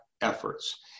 efforts